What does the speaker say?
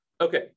Okay